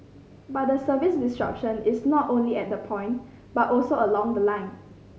but the service disruption is not only at the point but also along the line